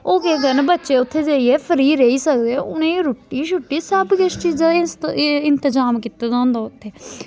ओह् केह् करन बच्चे उत्थें जाइयै फ्री रेही सकदे उ'नेंगी रुट्टीु शुट्टी सब किश चीजा दा इंतजाम कीते दा होंदा उत्थें